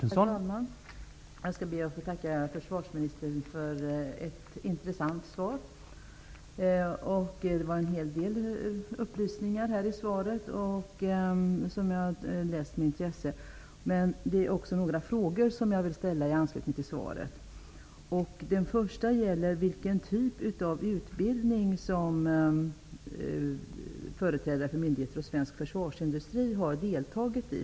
Herr talman! Jag skall be att få tacka försvarsministern för ett intressant svar. Det fanns en hel del upplysningar i svaret som jag med intresse har tagit del av. Det finns dock några frågor som jag vill ställa i anslutning till svaret. Min första fråga gäller vilken typ av utbildning som företrädare för myndigheter och svensk försvarsindustri har deltagit i.